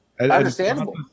understandable